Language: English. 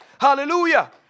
Hallelujah